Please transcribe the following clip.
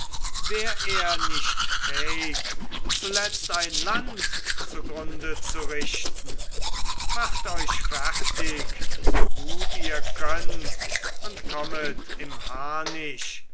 wär er nicht fähig zuletzt ein land zugrunde zu richten macht euch fertig so gut ihr nur könnt und kommet im